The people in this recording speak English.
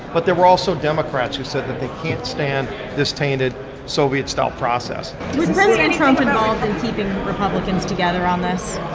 but there were also democrats who said that they can't stand this tainted soviet-style process was president trump involved in keeping republicans together on this?